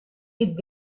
hit